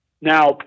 now